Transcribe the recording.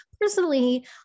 Personally